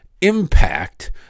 impact